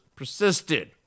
Persisted